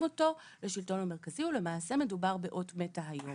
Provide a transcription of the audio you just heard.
אותו לשלטון המרכזי ולמעשה מדובר באות מתה היום,